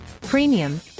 premium